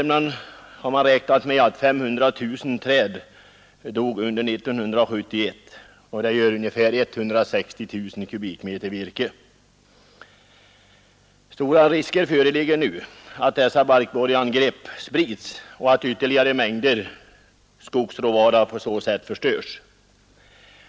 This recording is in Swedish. Man har räknat med att i Värmland 500 000 träd dog under 1971, och det motsvarar ca 160 000 m? virke. Stora risker föreligger nu att barkborreangreppen sprids och att ytterligare mängder skogsråvara förstörs.